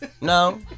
no